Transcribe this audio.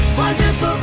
wonderful